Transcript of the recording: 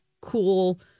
cool